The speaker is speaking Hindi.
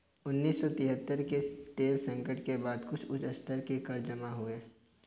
उन्नीस सौ तिहत्तर के तेल संकट के बाद कुछ उच्च स्तर के कर्ज जमा हुए